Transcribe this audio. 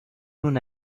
una